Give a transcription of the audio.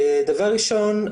דבר ראשון,